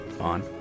on